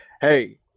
Hey